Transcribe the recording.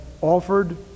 offered